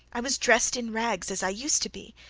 i was dressed in rags as i used to be,